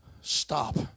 stop